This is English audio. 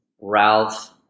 Ralph –